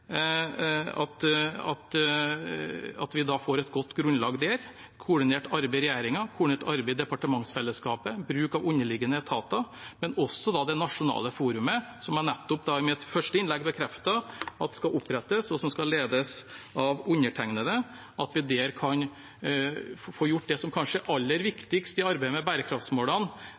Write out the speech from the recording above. at vi gjennom et koordinert arbeid i regjeringen og departementsfelleskapet og videre gjennom bruk av underliggende etater og det nasjonale forumet som jeg i mitt første innlegg bekreftet skal opprettes og ledes av undertegnede, kan få gjort det som kanskje er aller viktigst i arbeidet med bærekraftsmålene,